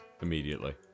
immediately